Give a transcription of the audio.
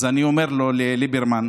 אז אני אומר לו, לליברמן,